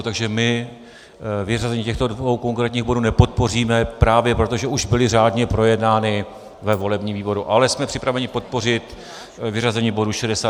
Takže my vyřazení těchto dvou konkrétních bodů nepodpoříme právě proto, že už byly řádně projednány ve volebním výboru, ale jsme připraveni podpořit vyřazení bodů 61 a 65.